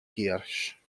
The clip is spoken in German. giersch